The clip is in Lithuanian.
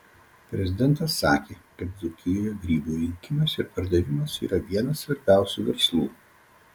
prezidentas sakė kad dzūkijoje grybų rinkimas ir pardavimas yra vienas svarbiausių verslų